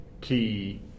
key